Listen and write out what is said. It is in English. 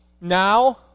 now